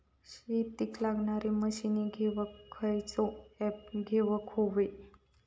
शेतीक लागणारे मशीनी घेवक खयचो ऍप घेवक होयो?